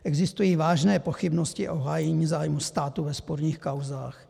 Existují vážné pochybnosti o hájení zájmu státu ve sporných kauzách.